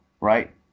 right